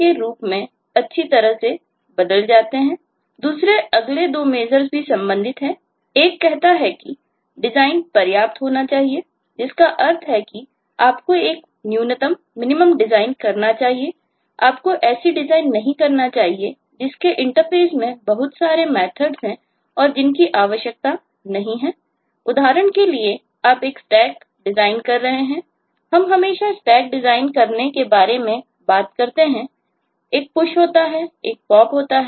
दूसरे अगले दो मेज़र्स लेता है और उन्हें एक के बाद एक Push करता है